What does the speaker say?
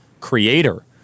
creator